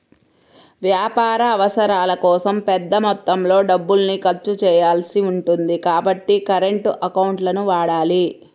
వ్యాపార అవసరాల కోసం పెద్ద మొత్తంలో డబ్బుల్ని ఖర్చు చేయాల్సి ఉంటుంది కాబట్టి కరెంట్ అకౌంట్లను వాడాలి